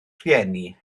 rhieni